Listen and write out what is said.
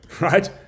right